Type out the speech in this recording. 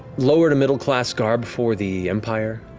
lower to middle-class garb for the empire.